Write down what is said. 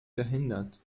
verhindert